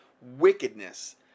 wickedness